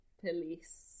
police